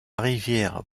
rivière